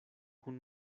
kun